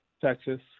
Texas